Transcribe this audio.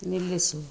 ನಿಲ್ಲಿಸು